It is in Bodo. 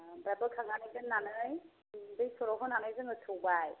ओमफ्राय बोखांनानै दोननानै दै सर'होनानै जोङो सौबाय